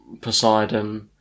Poseidon